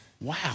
wow